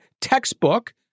textbook